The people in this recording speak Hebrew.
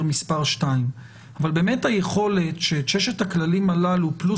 מס' 2. אבל באמת היכולת שאת ששת הכללים הללו פלוס